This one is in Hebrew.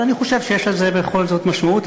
אבל אני חושב שיש לזה בכל זאת משמעות.